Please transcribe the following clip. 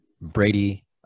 Brady